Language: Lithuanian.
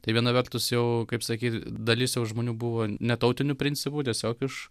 tai viena vertus jau kaip sakyt dalis jau žmonių buvo ne tautiniu principu tiesiog iš